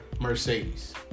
Mercedes